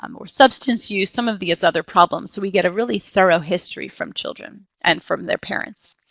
um or substance use, some of these other problems. so we get a really thorough history from children and from their parents.